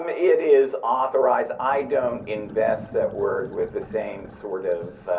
um it is authorized. i don't invest that word with the same sort of,